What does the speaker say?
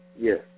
Yes